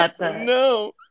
No